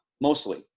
mostly